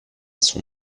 son